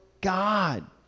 God